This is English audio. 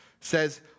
says